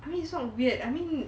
I mean it's not weird I mean